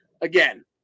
Again